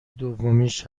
دومیش